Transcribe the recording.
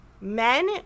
men